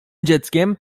dzieckiem